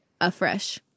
afresh